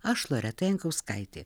aš loreta jankauskaitė